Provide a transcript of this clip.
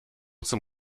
zum